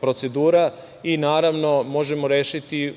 procedura, i naravno možemo rešiti